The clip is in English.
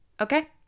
Okay